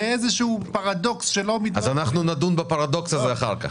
זה איזשהו פרדוקס שלא --- אז אנחנו נדון בפרדוקס בזה אחר כך.